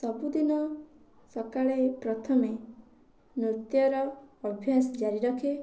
ସବୁଦିନ ସକାଳେ ପ୍ରଥମେ ନୃତ୍ୟର ଅଭ୍ୟାସ ଜାରି ରଖେ